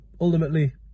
ultimately